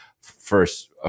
first